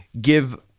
give